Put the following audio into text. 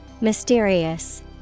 Mysterious